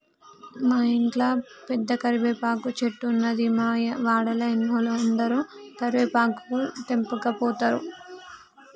మా ఇంట్ల పెద్ద కరివేపాకు చెట్టున్నది, మా వాడల ఉన్నోలందరు కరివేపాకు తెంపకపోతారు